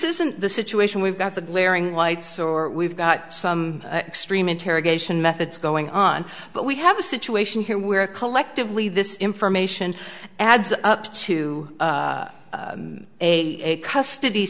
isn't the situation we've got the glaring lights or we've got some extreme interrogation methods going on but we have a situation here where collectively this information adds up to a custody